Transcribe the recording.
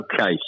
Okay